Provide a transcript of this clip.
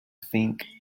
think